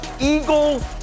Eagle